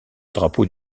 drapeau